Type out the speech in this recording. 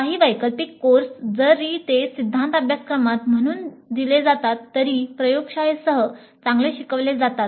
काही वैकल्पिक कोर्स जरी ते सिद्धांत अभ्यासक्रम म्हणून दिले जातात तरीही प्रयोगशाळेसह चांगले शिकविले जातात